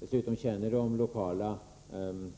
De känner dessutom den